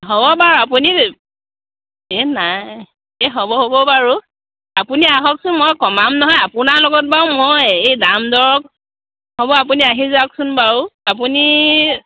হ'ব বাৰু আপুনি এই নাই এই হ'ব হ'ব বাৰু আপুনি আহকচোন মই কমাম নহয় আপোনাৰ লগত বাৰু মই এই দাম দৰ হ'ব আপুনি আহি যাওকচোন বাৰু আপুনি